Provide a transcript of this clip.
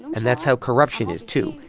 and that's how corruption is, too.